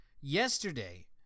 Yesterday